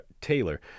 Taylor